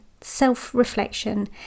self-reflection